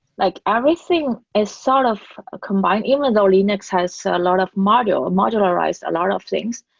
like everything is sort of ah combined. even though linux has so a lot of module, ah modularized a lot of things,